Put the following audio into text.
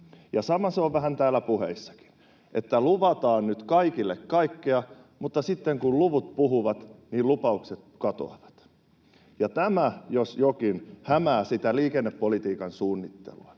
sama se on vähän täällä puheissakin, että luvataan nyt kaikille kaikkea, mutta sitten kun luvut puhuvat, niin lupaukset katoavat. Tämä jos jokin hämää sitä liikennepolitiikan suunnittelua.